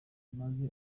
maze